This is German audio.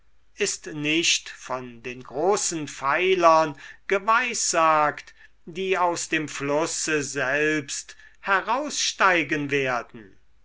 ist nicht von den großen pfeilern geweissagt die aus dem flusse selbst heraussteigen werden